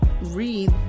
Read